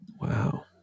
Wow